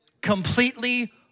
Completely